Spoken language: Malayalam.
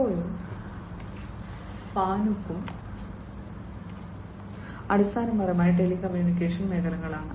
സിസ്കോയും ഫാനുക്കും അടിസ്ഥാനപരമായി ടെലികമ്മ്യൂണിക്കേഷൻ മേഖലയിലാണ്